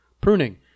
Pruning